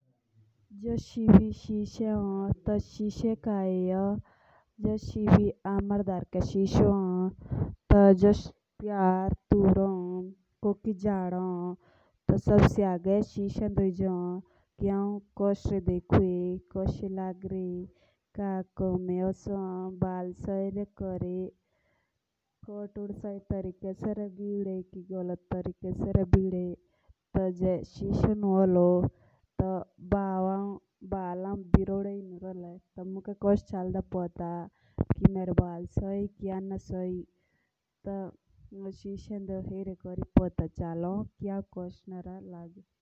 जोश आम्मारे डार्के जो शिशो हम्म। तो जब आमे कोकी शादी या कोई जौ ह तो अपुक शीश दे यहां कोरी आपु तयार होन। ताकी आमे आचे देकुले।